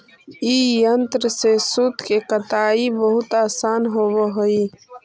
ई यन्त्र से सूत के कताई बहुत आसान होवऽ हई